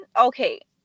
okay